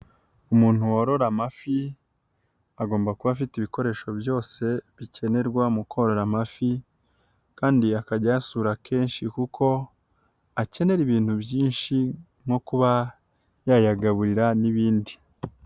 Umuntu worora amafi agomba kuba afite ibikoresho byose bikenerwa mu korora amafi, kandi akajya ayasura kenshi, kuko akenera ibintu byinshi nko kuba yayagaburira n'ibindi.